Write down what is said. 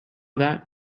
that